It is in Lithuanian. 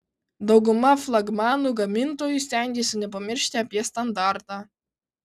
dauguma flagmanų gamintojų stengiasi nepamiršti apie standartą